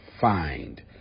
find